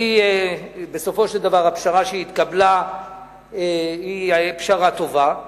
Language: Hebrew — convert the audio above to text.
ובסופו של דבר הפשרה שהתקבלה היא פשרה טובה.